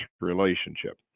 relationship